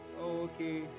Okay